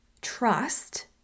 trust